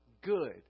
good